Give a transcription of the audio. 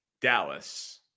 Dallas